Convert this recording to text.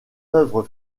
œuvres